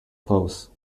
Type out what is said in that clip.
close